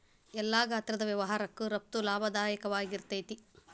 ಎಲ್ಲಾ ಗಾತ್ರದ್ ವ್ಯವಹಾರಕ್ಕ ರಫ್ತು ಲಾಭದಾಯಕವಾಗಿರ್ತೇತಿ